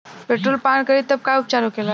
Petrol पान करी तब का उपचार होखेला?